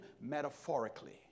metaphorically